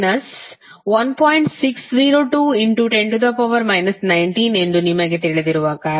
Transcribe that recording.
60210 19 ಎಂದು ನಿಮಗೆ ತಿಳಿದಿರುವ ಕಾರಣ